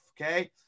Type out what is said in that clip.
Okay